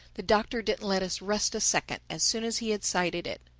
the doctor didn't let us rest a second as soon as he had sighted it.